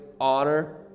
honor